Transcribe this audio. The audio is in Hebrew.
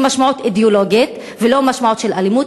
משמעות אידיאולוגית ולא משמעות של אלימות?